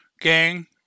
gang